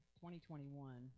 2021